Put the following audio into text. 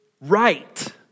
right